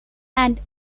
and